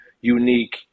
unique